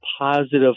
positive